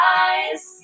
eyes